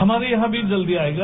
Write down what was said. हमारे यहां भी जल्दी आएगा